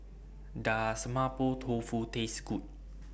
Does Mapo Tofu Taste Good